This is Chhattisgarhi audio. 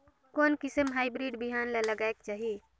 कोन किसम हाईब्रिड बिहान ला लगायेक चाही?